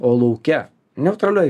o lauke neutralioj